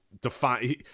define